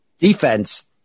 Defense